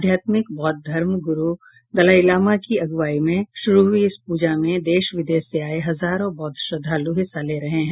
अध्यात्मिक बौद्ध धर्म गुरू दलाई लामा की अगुवाई में शुरू हुयी इस प्रजा में देश विदेश से आये हजारों बौद्ध श्रद्धालु हिस्सा ले रहे हैं